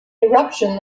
eruption